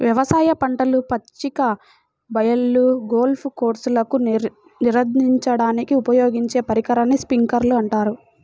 వ్యవసాయ పంటలు, పచ్చిక బయళ్ళు, గోల్ఫ్ కోర్స్లకు నీరందించడానికి ఉపయోగించే పరికరాన్ని స్ప్రింక్లర్ అంటారు